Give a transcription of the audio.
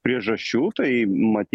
priežasčių tai matyt